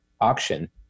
auction